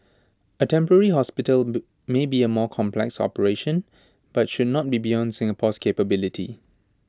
A temporary hospital may be A more complex operation but should not be beyond Singapore's capability